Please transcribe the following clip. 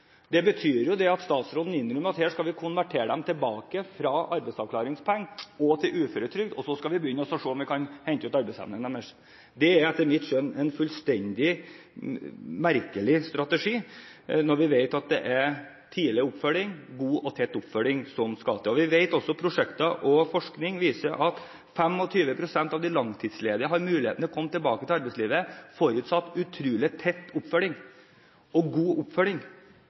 om vi kan hente ut arbeidsevnen deres. Det er etter mitt skjønn en fullstendig merkelig strategi når vi vet at det er tidlig oppfølging – god og tett oppfølging – som skal til. Vi vet også at prosjekter og forskning viser at 25 pst. av de langtidsledige har muligheten til å komme tilbake til arbeidslivet forutsatt utrolig tett og god oppfølging.